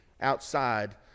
outside